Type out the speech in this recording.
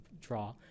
draw